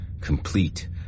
complete